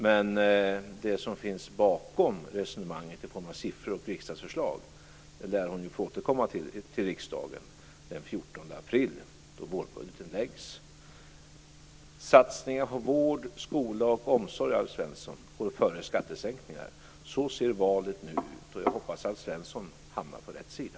Men det som finns bakom resonemanget i form av siffror och riksdagsförslag lär hon få återkomma med till riksdagen den 14 april då vårbudgeten läggs fram. Satsningar på vård, skola och omsorg, Alf Svensson, går före skattesänkningar. Så ser nu valet ut. Jag hoppas att Alf Svensson hamnar på rätt sida.